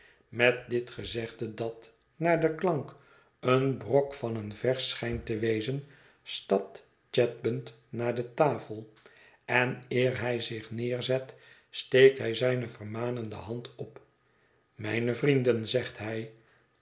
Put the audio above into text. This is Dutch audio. met dit gezegde dat naar den klank een brok van een vers schijnt te wezen stapt chadband naar de tafel en eer hij zich neerzet steekt hij zijne vermanende hand op mijne vrienden zegt hij